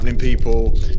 people